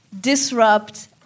disrupt